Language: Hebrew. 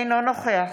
אינו נוכח